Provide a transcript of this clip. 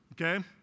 Okay